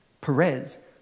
Perez